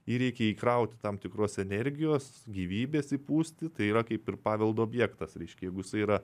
jį reikia įkrauti tam tikros energijos gyvybės įpūsti tai yra kaip ir paveldo objektas reiškia jeigu jisai yra